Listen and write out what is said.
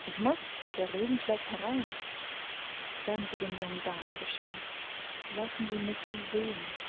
ich muß der regen schlägt herein sagen sie den jungen damen bescheid lassen sie mich sie sehen